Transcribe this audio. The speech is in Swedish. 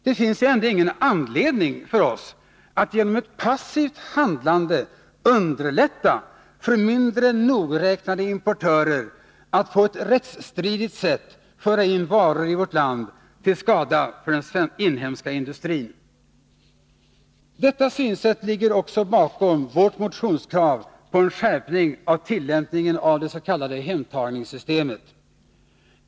Det finns ju ändå ingen anledning för oss att genom ett passivt handlande underlätta för mindre nogräknade importörer att på ett rättsstridigt sätt föra in varor i vårt land till skada för den inhemska industrin. Detta synsätt ligger också bakom vårt motionskrav på en skärpning av tillämpningen av det s.k. hemtagningssystemet.